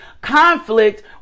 conflict